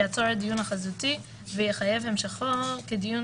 יעצור הדיון החזותי ויחייב המשכו כדיון